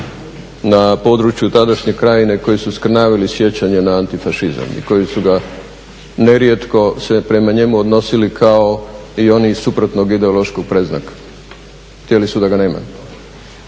na području tadašnje Krajine koji su skrnavili sjećanje na antifašizam i koji su nerijetko se prema njemu odnosili kao i oni iz suprotnog ideološkog predznaka, htjeli su da ga nema.